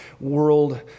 world